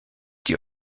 die